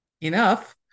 enough